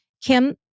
Kim